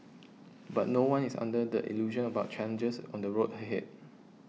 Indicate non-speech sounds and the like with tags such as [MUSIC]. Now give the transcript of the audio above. [NOISE] but no one is under the illusion about challenges on the road ahead